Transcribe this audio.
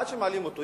עד שמעלים אותה,